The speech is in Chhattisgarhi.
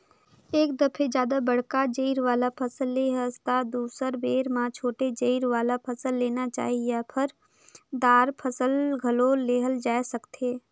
एक दफे जादा बड़का जरई वाला फसल ले हस त दुसर बेरा म छोटे जरई वाला फसल लेना चाही या फर, दार फसल घलो लेहल जाए सकथे